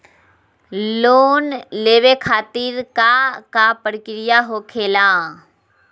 Loan लेवे खातिर का का प्रक्रिया होखेला?